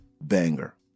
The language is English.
banger